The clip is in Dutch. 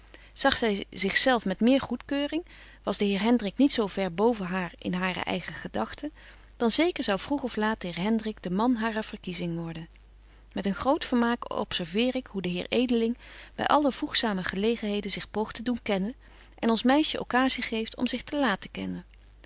zag zy zich zelf met meer goedkeuring was de heer hendrik niet zo ver boven haar in hare eigen gedagten dan zeker zou vroeg of laat de heer hendrik de man harer verkiezing worden met een groot vermaak observeer ik hoe de heer edeling by alle voegzame gelegenheden zich poogt te doen kennen en ons meisje occasie geeft om zich te laten kennen